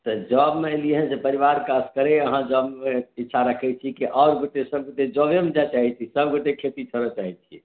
तऽ जॉबमे एलियैए से परिवारके असगरे अहाँ जॉबमे इच्छा रखैत छी कि आओर गोटए सभगोटए जॉबेमे जाय चाहैत छी सभगोटए खेती करय चाहैत छी